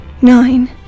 Nine